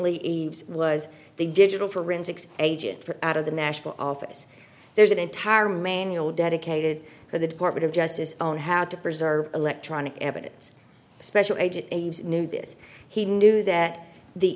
lee was the digital forensics agent for out of the national office there's an entire manual dedicated to the department of justice on how to preserve electronic evidence a special agent knew this he knew that the